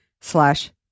slash